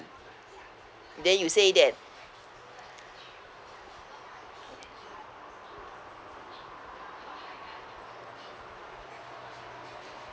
then you say that